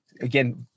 again